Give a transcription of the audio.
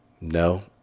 No